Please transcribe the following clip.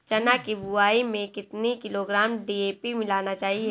चना की बुवाई में कितनी किलोग्राम डी.ए.पी मिलाना चाहिए?